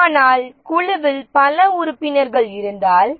ஆனால் குழுவில் பல உறுப்பினர்கள் இருந்தால்